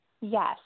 Yes